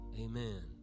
Amen